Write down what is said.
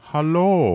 Hello